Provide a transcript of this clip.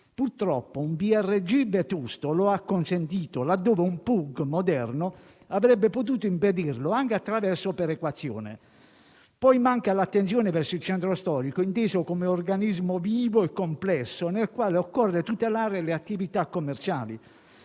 generale vetusto lo ha consentito, laddove un piano urbanistico generale moderno avrebbe potuto impedirlo, anche attraverso perequazione. Poi manca l'attenzione verso il centro storico inteso come organismo vivo e complesso nel quale occorre tutelare le attività commerciali.